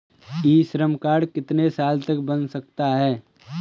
ई Shram card कितने साल तक बन सकता है?